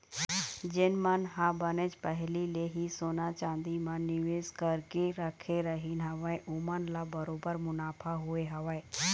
जेन मन ह बनेच पहिली ले ही सोना चांदी म निवेस करके रखे रहिन हवय ओमन ल बरोबर मुनाफा होय हवय